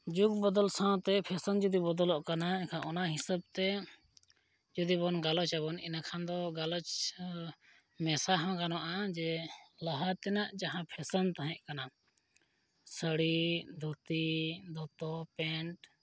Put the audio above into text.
ᱡᱩᱜᱽ ᱵᱚᱫᱚᱞ ᱥᱟᱶᱛᱮ ᱯᱷᱮᱥᱮᱱ ᱡᱩᱫᱤ ᱵᱚᱫᱚᱞᱚᱜ ᱠᱟᱱᱟ ᱮᱱᱠᱷᱟᱱ ᱚᱱᱟ ᱦᱤᱥᱟᱹᱵᱽᱛᱮ ᱡᱩᱫᱤᱵᱚᱱ ᱜᱟᱞᱚᱪ ᱟᱵᱚᱱ ᱮᱸᱰᱮᱠᱷᱟᱱ ᱫᱚ ᱜᱟᱞᱚᱪ ᱢᱮᱥᱟ ᱦᱚᱸ ᱜᱟᱱᱚᱜᱼᱟ ᱡᱮ ᱞᱟᱦᱟ ᱛᱮᱱᱟᱜ ᱡᱟᱦᱟᱸ ᱯᱷᱮᱥᱮᱱ ᱛᱟᱦᱮᱸ ᱠᱟᱱᱟ ᱥᱟᱹᱲᱤ ᱫᱷᱩᱛᱤ ᱫᱚᱛᱚ ᱯᱮᱱᱴ